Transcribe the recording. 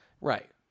Right